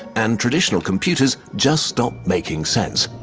and traditional computers just stop making sense.